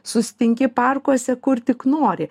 susitinki parkuose kur tik nori